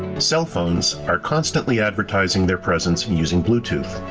cell phones are constantly advertising their presence using bluetooth.